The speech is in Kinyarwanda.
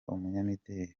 umunyamideri